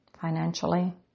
financially